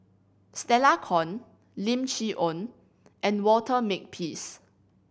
Stella Kon Lim Chee Onn and Walter Makepeace